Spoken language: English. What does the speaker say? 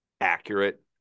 accurate